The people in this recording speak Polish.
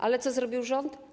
Ale co zrobił rząd?